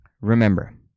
Remember